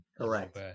Correct